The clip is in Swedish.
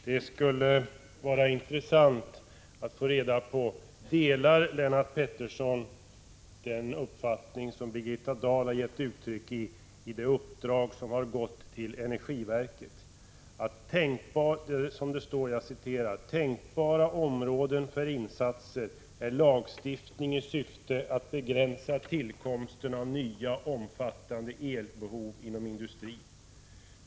Det skulle vara intressant att få reda på om Lennart Pettersson delar den uppfattning som Birgitta Dahl har gett uttryck för i det uppdrag som hon gett till energiverket, att, som det står i direktiven, tänkbara områden för insatser är lagstiftning i syfte att begränsa tillkomsten av nya omfattande elbehov inom industrin.